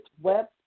web